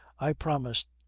i promise.